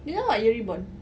you know what you rebound